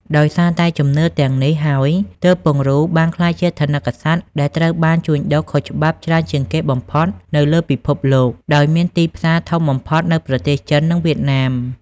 ដោយសារតែជំនឿទាំងនេះហើយទើបពង្រូលបានក្លាយជាថនិកសត្វដែលត្រូវបានជួញដូរខុសច្បាប់ច្រើនជាងគេបំផុតនៅលើពិភពលោក ដោយមានទីផ្សារធំបំផុតនៅប្រទេសចិន និងវៀតណាម។